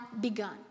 begun